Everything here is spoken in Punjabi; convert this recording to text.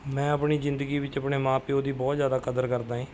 ਮੈਂ ਆਪਣੀ ਜ਼ਿੰਦਗੀ ਵਿੱਚ ਆਪਣੇ ਮਾਂ ਪਿਓ ਦੀ ਬਹੁਤ ਜ਼ਿਆਦਾ ਕਦਰ ਕਰਦਾ ਏ